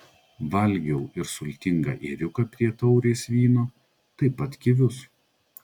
valgiau ir sultingą ėriuką prie taurės vyno taip pat kivius